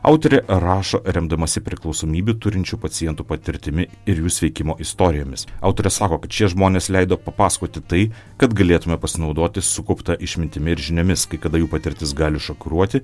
autorė rašo remdamasi priklausomybių turinčių pacientų patirtimi ir jų sveikimo istorijomis autorė sako kad šie žmonės leido papasakoti tai kad galėtume pasinaudoti sukaupta išmintimi ir žiniomis kai kada jų patirtis gali šokiruoti